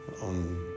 on